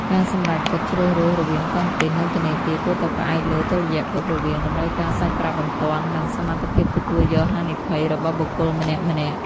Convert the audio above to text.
ការសម្រេចចិត្តជ្រើសរើសរវាងតុងទីន និងធនាគារ គួរតែផ្អែកលើតុល្យភាពរវាង "តម្រូវការសាច់ប្រាក់បន្ទាន់" និង "សមត្ថភាពទទួលយកហានិភ័យ" របស់បុគ្គលម្នាក់ៗ។